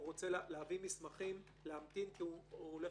אם הוא רוצה להביא מסמכים אז צריך להמתין כי הוא הולך